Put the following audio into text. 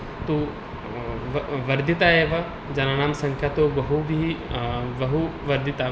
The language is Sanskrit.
तु व् वर्धिताः एव जनानां संख्या तु बहुभिः बहु वर्धितम्